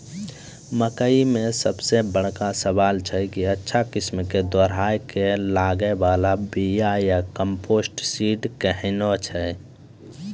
मकई मे सबसे बड़का सवाल छैय कि अच्छा किस्म के दोहराय के लागे वाला बिया या कम्पोजिट सीड कैहनो छैय?